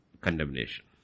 condemnation